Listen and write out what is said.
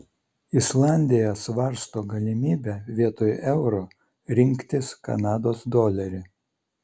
islandija svarsto galimybę vietoj euro rinktis kanados dolerį